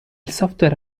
software